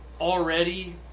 already